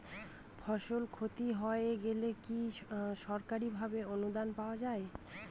ফসল ক্ষতি হয়ে গেলে কি সরকারি ভাবে অনুদান পাওয়া য়ায়?